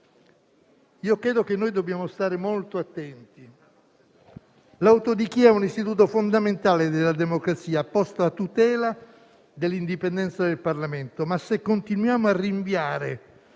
Io credo che noi dobbiamo stare molto attenti. L'autodichia è un istituto fondamentale della democrazia, posto a tutela dell'indipendenza del Parlamento. Ma, se continuiamo a rinviare